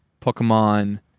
Pokemon